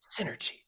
synergy